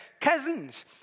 cousins